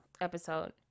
episode